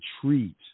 treat